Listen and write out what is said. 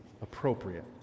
appropriate